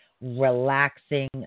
relaxing